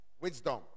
Wisdom